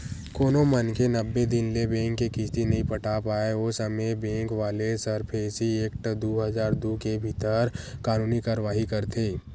कोनो मनखे नब्बे दिन ले बेंक के किस्ती नइ पटा पाय ओ समे बेंक वाले सरफेसी एक्ट दू हजार दू के भीतर कानूनी कारवाही करथे